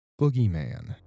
Boogeyman